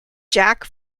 jack